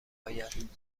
آید